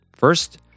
First